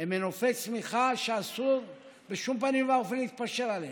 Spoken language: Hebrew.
הם מנופי צמיחה שאסור בשום פנים ואופן להתפשר עליהם,